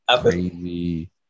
crazy